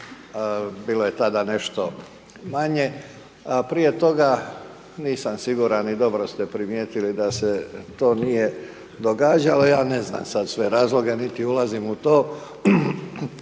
Bilo je tada nešto manje, a prije toga, nisam siguran i dobro ste primijetili da se to nije događalo, ja ne znam, sada sve razloge, niti ulazim u to.